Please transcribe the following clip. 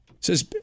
Says